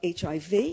HIV